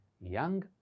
young